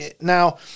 Now